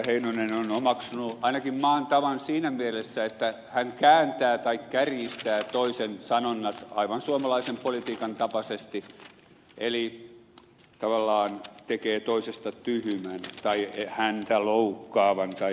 heinonen on omaksunut ainakin maan tavan siinä mielessä että hän kääntää tai kärjistää toisen sanonnat aivan suomalaisen politiikan tapaisesti eli tavallaan tekee toisesta tyhmän tai häntä loukkaavan tai jotain